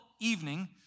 evening